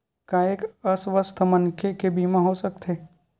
का एक अस्वस्थ मनखे के बीमा हो सकथे?